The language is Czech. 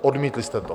Odmítli jste to.